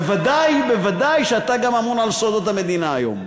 בוודאי ובוודאי שאתה גם אמון על סודות המדינה היום.